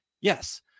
Yes